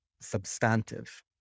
substantive